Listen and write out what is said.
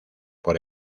por